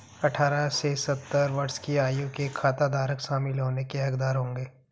अठारह से सत्तर वर्ष की आयु के खाताधारक शामिल होने के हकदार होंगे